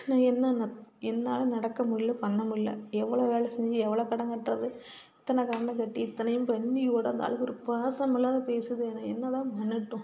நான் என்னென்ன என்னால் நடக்க முடில பண்ணமுடில்ல எவ்வளோ வேலை செஞ்சு எவ்வளோ கடன் கட்டுறது இத்தனை கடனைக்கட்டி இத்தனையும் பண்ணியோடு அந்தாளுக்கு ஒரு பாசமில்லாத பேசுதே நான் என்னதான் பண்ணட்டும்